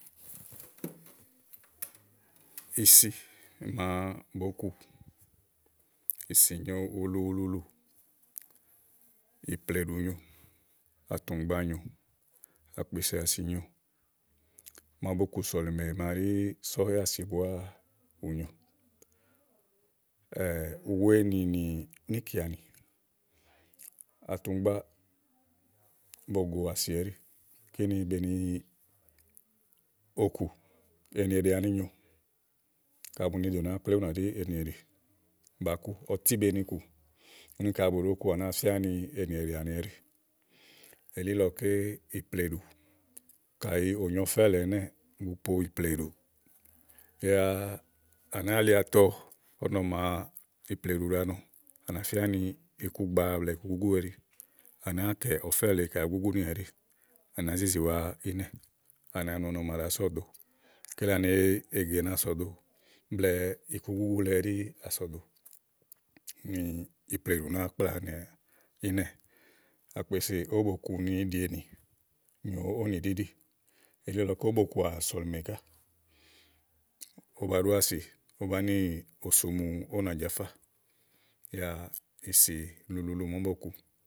ìsì màa bòó ku, ìsì nyoo ululuulu, ìplèɖù nyòo átùŋgba nyòo ákpesè ási nyòo, màa bokù sɔ̀lìmè màa ɖí sɔ̀hɛ́ àsì búá ù nyo ù wèe nì nì níìkeanì àtùŋgba bògò àsi ɛɖí kíni beni okù ènìèɖì ani nyòo, ka bù ni dònìà ́ákple ú nà nà ɖí ènìèɖì bàá ku ɔtí be nikù úni kayi bù ɖòó ku à nàáa fía ni ènì èɖì àni ɛɖí elílɔké, ìplèɖù, kayi ò nyo ɔfɛ̀ lèe ɛnɛ́ɛ̀ bu po ìplèɖù yá à nàáa li atɔ ɔnɔ màa ìplèɖu ɖàa nɔ̀ à nà fía ni ikugbàa blɛ̀ɛ ikugúgú ɛɖí a nàáa kɛ̀ ɔfɛ́ lèe kayi ugúgúnì ɛɖi à nàá zizìwa ínɛ̀ à nà wa nù ɔnɔ màa ɖàá sɔdòo. kele àni ègè nàa sɔ̀doblɛ̀ɛ ikugúgú le ɛɖí nàa sɔ̀do úni ìplèɖù nàáa kplawɛ̀ wanìà ínɛ̀ àkpè sò ówó bòo kù nì ɖíènì nyo ówó nìɖìíɖì elílɔké ówó bo bo kùà sɔ̀lìmè ká, ówò bàá ɖu àsì ówò bàá ni òsu ówò nÁjafá yá ìsì ulu ulu màa ówó bo kù.